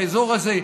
באזור הזה,